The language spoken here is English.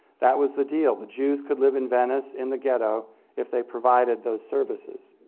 that was the deal. the jews could live in venice in the ghetto if they provided those services.